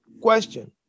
Question